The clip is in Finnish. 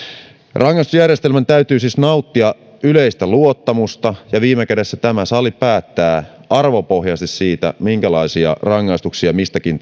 rangaistusjärjestelmän täytyy siis nauttia yleistä luottamusta ja viime kädessä tämä sali päättää arvopohjaisesti siitä minkälaisia rangaistuksia mistäkin